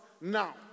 now